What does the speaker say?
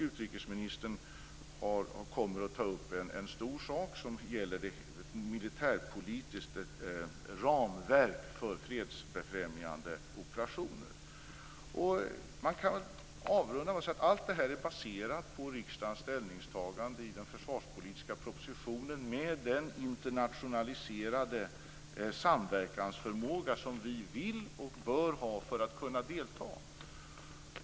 Utrikesministern kommer att ta upp en stor sak som gäller ett militärpolitiskt ramverk för fredsfrämjande operationer. Man kan avrunda med att säga att allt det här är baserat på riksdagens ställningstagande i den försvarspolitiska propositionen med den internationaliserade samverkansförmåga som vi vill och bör ha för att kunna delta.